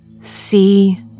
see